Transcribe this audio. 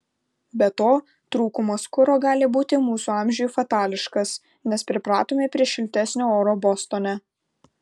be to trūkumas kuro gali būti mūsų amžiui fatališkas nes pripratome prie šiltesnio oro bostone